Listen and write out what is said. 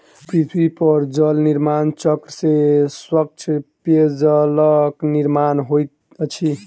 पृथ्वी पर जल निर्माण चक्र से स्वच्छ पेयजलक निर्माण होइत अछि